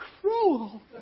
cruel